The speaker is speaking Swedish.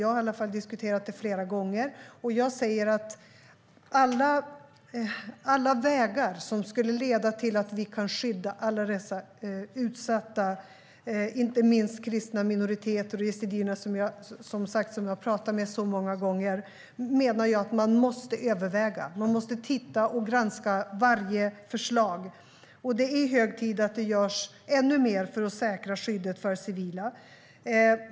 Jag har i alla fall diskuterat det flera gånger, och jag menar att man måste överväga alla vägar som skulle leda till att vi kan skydda alla dessa utsatta, inte minst kristna minoriteter och yazidierna, som jag som sagt har talat med så många gånger. Man måste titta på och granska varje förslag. Det är hög tid att det görs ännu mer för att säkra skyddet för civila.